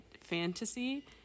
fantasy